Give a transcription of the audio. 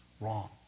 wrong